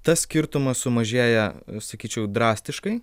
tas skirtumas sumažėja sakyčiau drastiškai